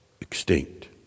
extinct